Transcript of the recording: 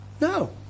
no